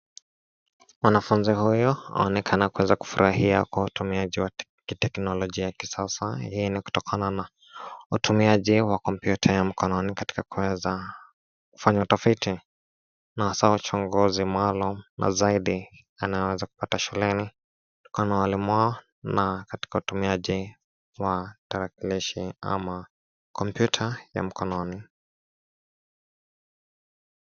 Mwanafunzi huyo aonekana kuweza kufurahia kwa utumiaji wa kiteknolojia ya kisasa. Hii ni kutokana na utumiaji wa kompyuta ya mkononi katika kuweza kufanya utafiti, na hasaa uchunguzi maalum na zaidi anaweza kupata shuleni kutokana na walimu wao na katika utumiaji wa tarakilishi ama kompyuta ya mkononi.